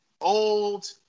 old